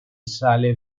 sale